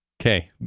Okay